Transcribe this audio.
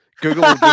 Google